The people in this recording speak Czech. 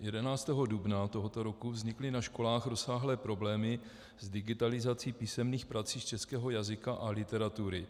11. dubna tohoto roku vznikly na školách rozsáhlé problémy s digitalizací písemných prací z českého jazyka a literatury.